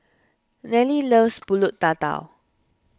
Neely loves Pulut Tatal